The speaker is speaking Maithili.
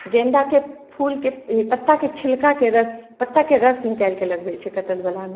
गेन्दाके फूलके पत्ताके छिलकाके रस पत्ताके रस निकालिके लगबै छै कटलवलामे